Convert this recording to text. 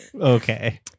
Okay